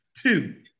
two